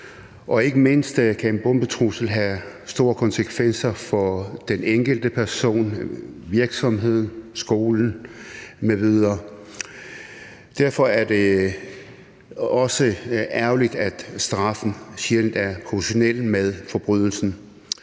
Og ikke mindst kan en bombetrussel have store konsekvenser for den enkelte person, virksomhed, skole m.v. Derfor er det også ærgerligt, at straffen sjældent er proportional med forbrydelsen.